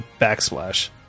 backsplash